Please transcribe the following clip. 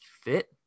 fit